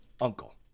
Uncle